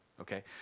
Okay